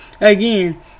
again